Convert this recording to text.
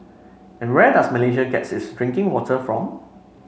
and where does Malaysia get its drinking water from